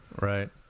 Right